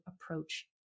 approach